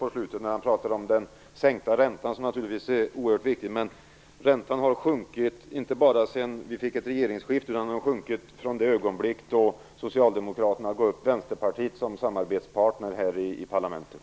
Han pratade på slutet om den sänkta räntan, som naturligtvis är oerhört viktig. Räntan har sjunkit inte bara sedan vi fick ett regeringsskifte, utan från det ögonblick då Socialdemokraterna gav upp Vänsterpartiet som samarbetspartner här i parlamentet.